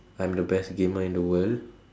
I'm the best gamer in the world